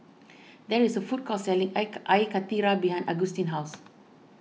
there is a food court selling Ike Air Karthira behind Augustin's house